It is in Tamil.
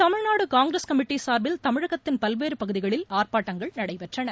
தமிழ்நாடு காங்கிரஸ் கமிட்டி சார்பில் தமிழகத்தின் பல்வேறு பகுதிகளில் ஆர்ப்பாட்டங்கள் நடைபெற்றன